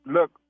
Look